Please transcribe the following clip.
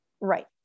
right